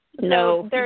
No